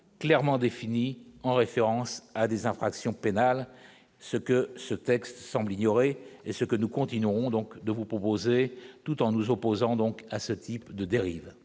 clairement définie, en référence à des infractions pénales, ce que ce texte semble ignorer et ce que nous continuons donc de vous proposer tout en nous opposant donc à ce type de dérives